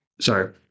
Sorry